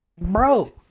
Bro